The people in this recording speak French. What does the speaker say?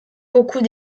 beaucoup